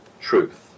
truth